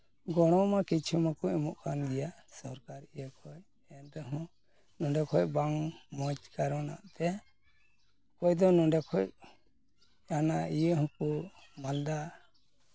ᱜᱚᱲᱚ ᱢᱟ ᱠᱤᱪᱷᱩ ᱢᱟᱠᱚ ᱮᱢᱚᱜ ᱠᱟᱱ ᱜᱮᱭᱟ ᱥᱚᱨᱠᱟᱨ ᱤᱭᱟᱹ ᱠᱷᱚᱡ ᱮᱱᱨᱮᱦᱚᱸ ᱱᱚᱰᱮ ᱠᱷᱚ ᱵᱟᱝ ᱢᱚᱽ ᱠᱟᱨᱚᱱᱟᱜ ᱛᱮ ᱚᱠᱚᱭ ᱫᱚ ᱱᱚᱰᱮ ᱠᱷᱚᱡ ᱡᱟᱦᱟᱱᱟᱜ ᱤᱭᱟᱹ ᱦᱚᱸᱠᱚ ᱢᱟᱞᱫᱟ